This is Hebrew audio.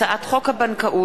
מקומית),